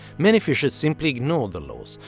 many fishers simply ignored the laws,